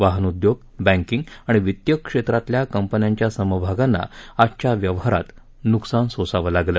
वाहन उद्योग बँकींग आणि वित्तीय क्षेत्रातल्या कंपन्यांच्या समभागांना आजच्या व्यवहारात नुकसान सोसावं लागलं